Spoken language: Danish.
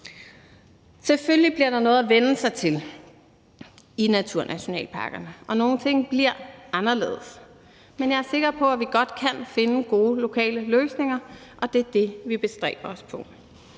Selvfølgelig bliver der noget at vænne sig til i naturnationalparkerne, og nogle ting bliver anderledes, men jeg er sikker på, at vi godt kan finde gode lokale løsninger, og det er det, vi bestræber os på.